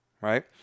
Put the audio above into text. right